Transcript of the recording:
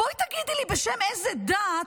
בואי תגידי לי, בשם איזו דת?